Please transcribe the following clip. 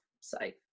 safe